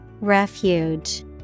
Refuge